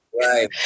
Right